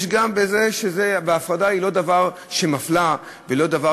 יש גם בזה שההפרדה היא לא דבר מפלה ולא דבר